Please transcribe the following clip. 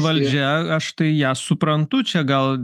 valdžia aš tai ją suprantu čia gal